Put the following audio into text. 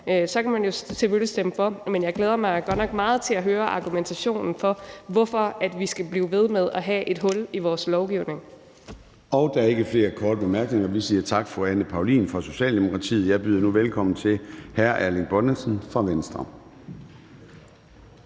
så kan man jo selvfølgelig stemme imod, men jeg glæder mig godt nok meget til at høre argumentationen for, hvorfor vi skal blive ved med at have et hul i vores lovgivning. Kl. 17:17 Formanden (Søren Gade): Der er ikke flere korte bemærkninger. Vi siger tak til fru Anne Paulin fra Socialdemokratiet. Jeg byder nu velkommen til hr. Erling Bonnesen fra Venstre.